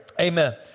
Amen